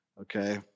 Okay